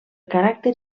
caràcter